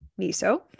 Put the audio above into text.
miso